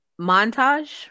montage